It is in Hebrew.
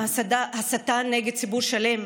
ההסתה נגד ציבור שלם,